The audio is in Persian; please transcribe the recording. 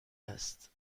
است